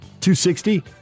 260